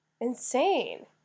Insane